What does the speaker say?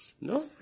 No